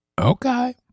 Okay